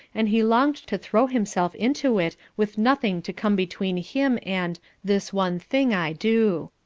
and he longed to throw himself into it with nothing to come between him and this one thing i do.